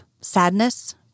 sadness